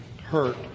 hurt